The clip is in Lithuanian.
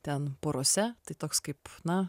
ten porose tai toks kaip na